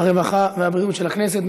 הרווחה והבריאות של הכנסת.